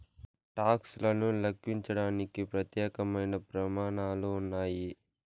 talks లను లెక్కించడానికి ప్రత్యేకమైన ప్రమాణాలు ఉన్నాయి